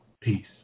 Peace